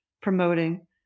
promoting